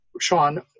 Sean